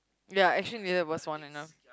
ya actually needed was one enough